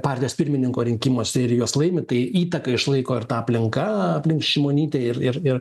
partijos pirmininko rinkimuose ir juos laimi tai įtaką išlaiko ir ta aplinka aplink šimonytę ir ir ir